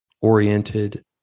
oriented